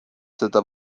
seda